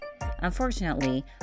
Unfortunately